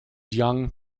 young